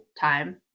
Time